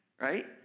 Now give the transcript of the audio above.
right